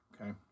okay